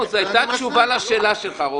לא, זו היתה תשובה לשאלה שלך רוברט.